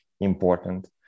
important